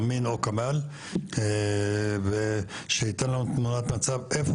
אמין או כמאל שייתן לנו תמונת מצב איפה